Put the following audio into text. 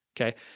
Okay